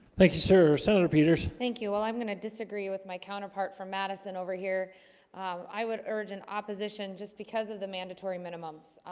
thank you, sir senator petersen. thank you. well. i'm gonna disagree with my counterpart from madison over here i would urge an opposition just because of the mandatory minimums.